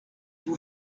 vous